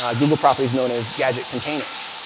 ah google properties known as gadget containers.